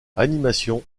animations